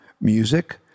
music